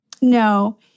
No